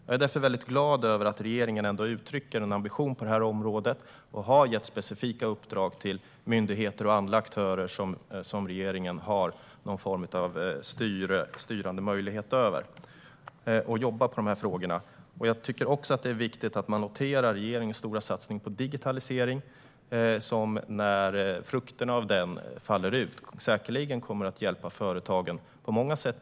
Jag är därför väldigt glad över att regeringen ändå uttrycker en ambition på det här området och har gett specifika uppdrag till myndigheter och andra aktörer som regeringen har någon form av styrande möjlighet över att jobba med dessa frågor. Det är också viktigt att man noterar regeringens stora satsning på digitalisering. När frukterna av den faller ut kommer det säkerligen att hjälpa företagen på många sätt.